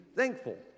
thankful